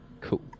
Cool